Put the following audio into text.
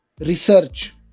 research